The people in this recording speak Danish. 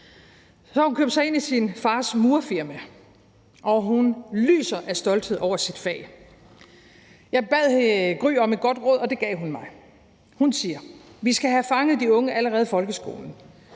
Nu har hun købt sig ind i sin fars murerfirma, og hun lyser af stolthed over sit fag. Jeg bad Gry om et godt råd, og det gav hun mig. Hun siger: Vi skal have fanget de unge allerede i allerede